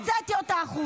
הוצאתי אותה החוצה.